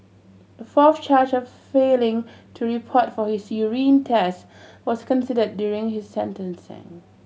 a fourth charge of failing to report for his urine test was considered during his sentencing